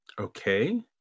Okay